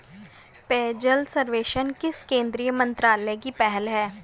पेयजल सर्वेक्षण किस केंद्रीय मंत्रालय की पहल है?